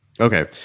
Okay